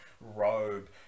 robe